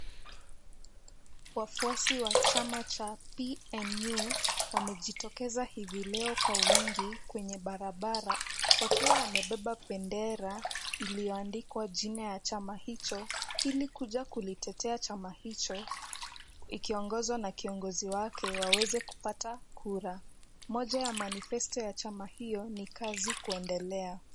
Wafuasi wa chama cha PNU wamejitokeza hivi leo kwa wingi kwenye barabara wakiwa wamebeba bendera iliyoandikwa jina ya chama hicho. Ili kuja kulitetea chama hicho, ikiongozwa na kiongozi wake waweze kupata kura. Moja ya manifesto ya chama hiyo ni kazi kuendelea.